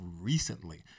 recently